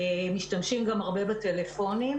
משתמשים גם הרבה בטלפונים,